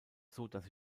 sodass